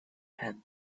and